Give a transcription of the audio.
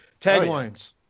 Taglines